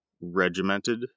regimented